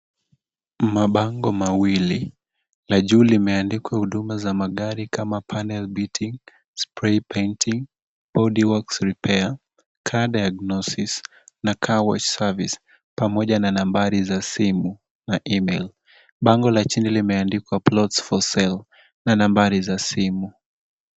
Mabango mawili. La juu limeandikwa huduma za magari kama panel beating , spray painting , body works repair , car diagnosis na car wash service , pamoja na nambari za simu na e-mail . Bango la chini limeandikwa plots for sale na nambari za simu.